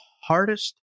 hardest